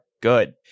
good